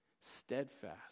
Steadfast